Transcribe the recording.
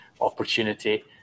opportunity